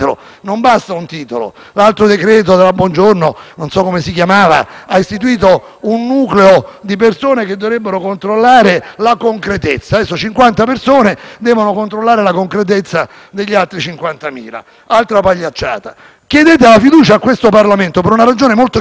L'altro decreto del ministro Bongiorno - non so come si chiamava - ha istituito un nucleo di persone che dovrebbero controllare la concretezza. Adesso 50 persone devono controllare la concretezza degli altri 50.000: un'altra pagliacciata. Chiedete la fiducia a questo Parlamento per una ragione molto chiara. Sapete perché?